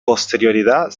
posterioridad